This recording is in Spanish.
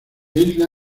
isla